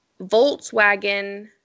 Volkswagen